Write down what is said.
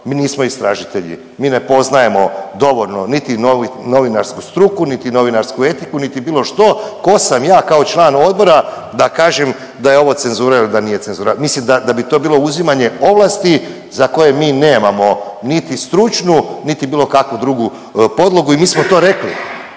Mi nismo istražitelji, mi ne poznajemo dovoljno niti novinarsku struku, niti novinarsku etiku, niti bilo što. Tko sam ja kao član odbora da kažem da je ovo cenzura ili da nije cenzura. Mislim da bi to bilo uzimanje ovlasti za koje mi nemamo niti stručnu, niti bilo kakvu drugu podlogu. I mi smo to rekli,